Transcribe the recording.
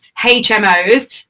HMOs